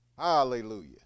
Hallelujah